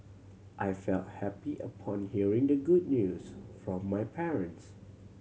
I felt happy upon hearing the good news from my parents